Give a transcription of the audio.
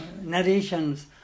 narrations